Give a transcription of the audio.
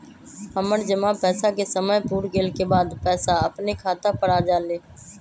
हमर जमा पैसा के समय पुर गेल के बाद पैसा अपने खाता पर आ जाले?